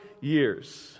years